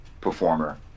performer